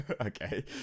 okay